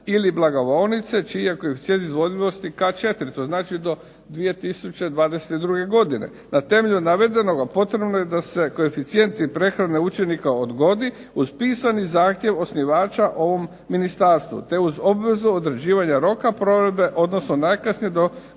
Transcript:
ili blagovaonice čiji je koeficijent izvodljivosti K4, to znači do 2022. godine. Na temelju navedenoga potrebno je da se koeficijenti prehrane učenika odgodi uz pisani zahtjev osnivača ovom ministarstvu, te uz obvezu određivanja roka provedbe, odnosno najkasnije do